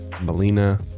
Melina